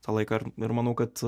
tą laiką ir manau kad